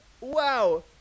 Wow